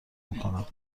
میکنم